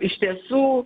iš tiesų